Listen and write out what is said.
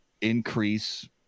increase